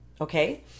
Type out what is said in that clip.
Okay